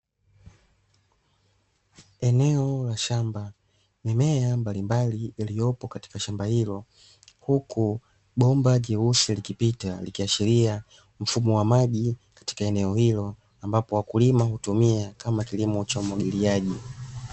Eneo la shamba mimea mbalimbali iliyopo katika shamba hilo, huku bomba jeusi likipata likiashiria mfumo wa maji katika eneo hilo ambapo wakulima hutumia kama kilimo cha umwagiliaji.